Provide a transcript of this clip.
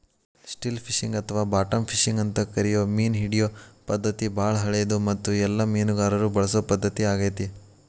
still fishing ಅಥವಾ bottom fishing ಅಂತ ಕರಿಯೋ ಮೇನಹಿಡಿಯೋ ಪದ್ಧತಿ ಬಾಳ ಹಳೆದು ಮತ್ತು ಎಲ್ಲ ಮೇನುಗಾರರು ಬಳಸೊ ಪದ್ಧತಿ ಆಗೇತಿ